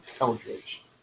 Eldridge